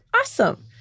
Awesome